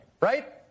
right